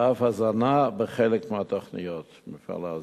ואף הזנה בחלק מהתוכניות, מפעל ההזנה.